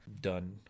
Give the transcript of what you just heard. done